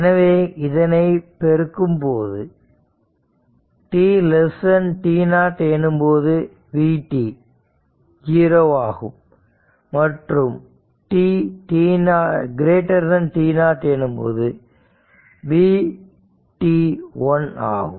எனவே இதனை பெருக்கும் போது t t0 எனும்போது vt 0 ஆகும் மற்றும் tt0 எனும்போது vt 1 ஆகும்